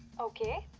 okay.